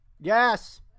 Yes